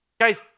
Guys